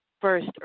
first